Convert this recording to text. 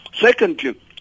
Secondly